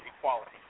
Equality